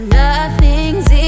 nothing's